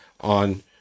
on